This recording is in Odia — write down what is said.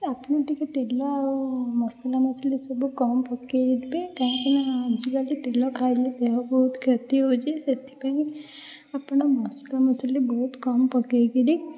ଆପଣ ଟିକିଏ ତେଲ ଆଉ ମସଲାମସଲି ସବୁ କମ୍ ପକେଇବେ କାହିଁକିନା ଆଜିକାଲି ତେଲ ଖାଇଲେ ଦେହ ବହୁତ କ୍ଷତି ହେଉଛି ସେଥିପାଇଁ ଆପଣ ମସଲା ମସଲି ବହୁତ କମ୍ ପକେଇକରି